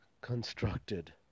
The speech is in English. constructed